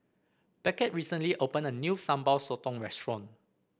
Beckett recently opened a new Sambal Sotong restaurant